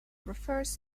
refers